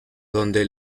donde